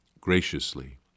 graciously